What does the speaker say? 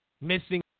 missing